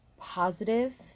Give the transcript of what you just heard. positive